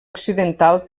occidental